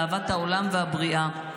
אהבת העולם והבריאה.